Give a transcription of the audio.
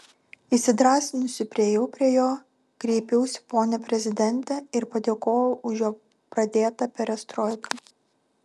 įsidrąsinusi priėjau prie jo kreipiausi pone prezidente ir padėkojau už jo pradėtą perestroiką